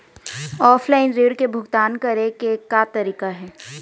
Offline ऋण के भुगतान करे के का तरीका हे?